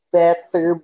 better